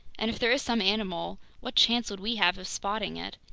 and if there is some animal, what chance would we have of spotting it?